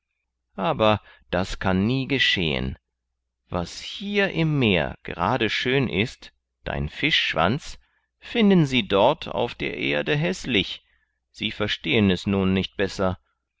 aber das kann nie geschehen was hier im meer gerade schön ist dein fischschwanz finden sie dort auf der erde häßlich sie verstehen es nun nicht besser